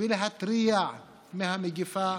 ולהתריע מפני המגפה